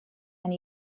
and